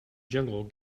jungle